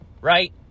right